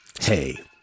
Hey